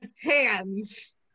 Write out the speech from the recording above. hands